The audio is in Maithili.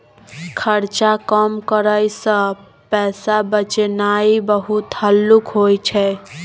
खर्चा कम करइ सँ पैसा बचेनाइ बहुत हल्लुक होइ छै